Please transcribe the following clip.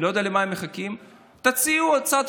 אני לא יודע למה הם מחכים: תציעו הצעת